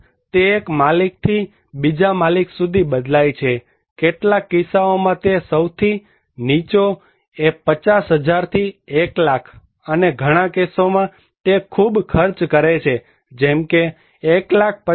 કિંમત તે એક માલિકથી બીજા માલિક સુધી બદલાય છે કેટલાક કિસ્સાઓમાં તે સૌથી નીચો એ 50000 થી 100000 અને ઘણા કેસોમાં તે ખૂબ ખર્ચ કરે છે જેમકે 1